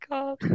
God